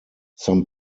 some